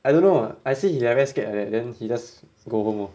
I don't know I see he like very scared like that then he just go home lor